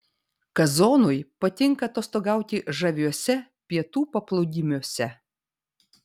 kazonui patinka atostogauti žaviuose pietų paplūdimiuose